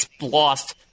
lost